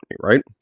right